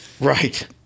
Right